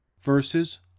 Verses